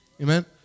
amen